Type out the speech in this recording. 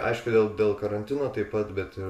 aišku dėl dėl karantino taip pat bet ir